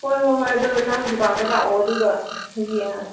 ꯍꯣꯏ ꯍꯣꯏ ꯑꯗꯣ ꯅꯪ ꯗꯨꯀꯥꯟꯗ ꯂꯥꯛꯑꯣ ꯑꯗꯨꯒ ꯌꯦꯡꯉꯁꯤ